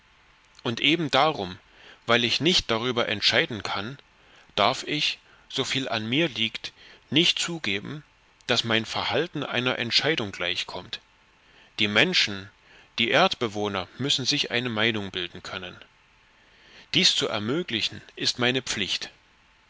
und eben darum weil ich nicht darüber entscheiden kann darf ich soviel an mir liegt nicht zugeben daß mein verhalten einer entscheidung gleichkommt die menschen die erdbewohner müssen sich eine meinung bilden können dies zu ermöglichen ist meine pflicht